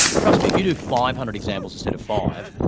trust me, if you do five hundred examples instead of five,